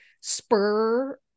spur